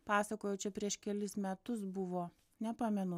pasakojau čia prieš kelis metus buvo nepamenu